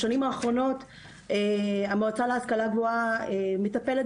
בשנים האחרונות המועצה להשכלה גבוהה מטפלת